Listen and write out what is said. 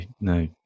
no